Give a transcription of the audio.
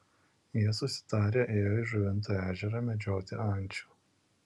jie susitarę ėjo į žuvinto ežerą medžioti ančių